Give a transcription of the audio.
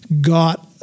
got